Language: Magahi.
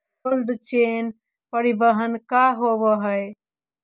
कोल्ड चेन परिवहन का होव हइ?